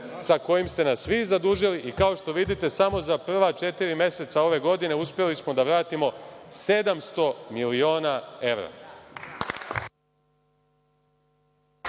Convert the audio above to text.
sa kojim ste nas vi zadužili i kao što vidite, samo za prva četiri meseca ove godine uspeli smo da vratimo 700 miliona evra.